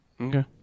Okay